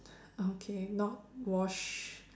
okay not wash